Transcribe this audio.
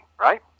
right